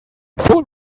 von